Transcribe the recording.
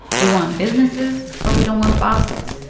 we want businesses, but we don't want bosses.